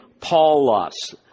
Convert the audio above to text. Paulus